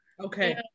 Okay